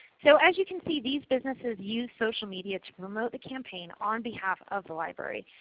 so as you can see these businesses use social media to promote the campaign on behalf of the library.